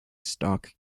stock